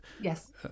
Yes